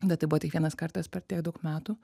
bet tai buvo tik vienas kartas per tiek daug metų